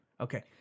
Okay